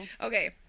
Okay